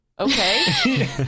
okay